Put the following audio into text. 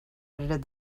edited